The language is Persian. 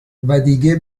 ودیگه